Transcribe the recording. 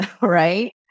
right